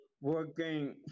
working